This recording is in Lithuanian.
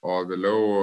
o vėliau